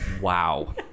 Wow